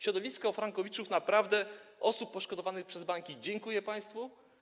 Środowisko frankowiczów, osób naprawdę poszkodowanych przez banki dziękuje państwu.